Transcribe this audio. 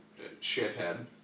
shithead